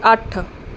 ਅੱਠ